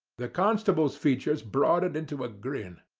the constable's features broadened into a grin.